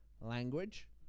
language